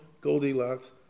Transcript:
Goldilocks